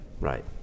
right